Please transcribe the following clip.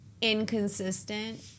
inconsistent